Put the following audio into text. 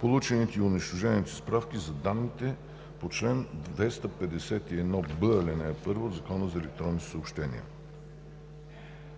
получените и унищожените справки за данните по чл. 2516, ал. 1 по Закона за електронните съобщения.